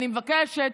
אני מבקשת,